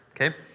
Okay